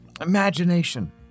Imagination